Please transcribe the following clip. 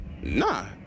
Nah